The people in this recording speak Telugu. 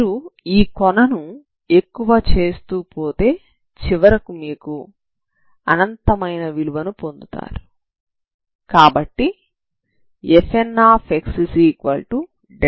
మీరు ఈ కొనను ఎక్కువ చేస్తూ పోతే చివరకు మీరు అనంతమైన విలువను పొందుతారు